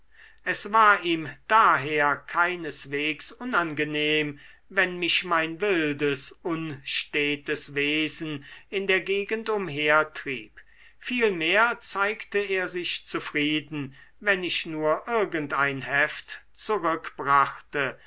es war ihm daher keineswegs unangenehm wenn mich mein wildes unstetes wesen in der gegend umhertrieb vielmehr zeigte er sich zufrieden wenn ich nur irgend ein heft